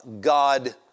god